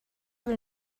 will